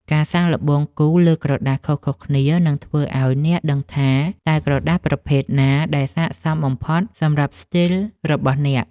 ការសាកល្បងគូរលើក្រដាសខុសៗគ្នានឹងធ្វើឱ្យអ្នកដឹងថាតើក្រដាសប្រភេទណាដែលស័ក្តិសមបំផុតសម្រាប់ស្ទីលរបស់អ្នក។